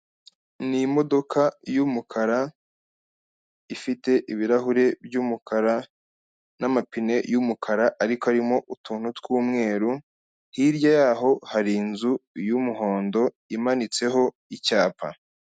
Ni imodoka y'umukara, ifite ibirahure by'umukara n'amapine y'umukara ariko arimo utuntu tw'umweru, hirya yaho, hari inzu y'umuhondo imanitseho icyapa.